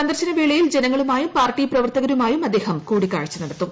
സന്ദർശന വേളയിൽ ജനങ്ങളുമായും പാർട്ടി പ്രവർത്തകരുമായും അദ്ദേഹം കൂടിക്കാഴ്ച നടത്തും